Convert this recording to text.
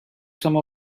some